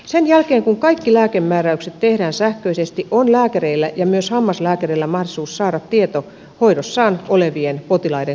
sen jälkeen kun kaikki lääkemääräykset tehdään sähköisesti on lääkäreillä ja myös hammaslääkäreillä mahdollisuus saada tieto hoidossaan olevien potilaiden kokonaislääkityksestä